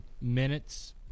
minutes